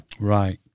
Right